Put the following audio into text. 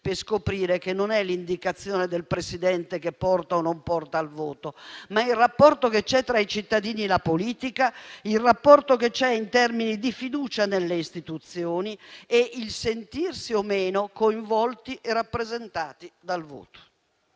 per scoprire che non è l'indicazione del Presidente che porta o non porta al voto, ma è il rapporto che c'è tra i cittadini e la politica, il rapporto che c'è in termini di fiducia nelle istituzioni e il sentirsi o meno coinvolti e rappresentati dal voto.